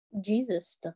Jesus